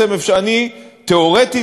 תיאורטית,